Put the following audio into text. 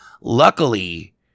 luckily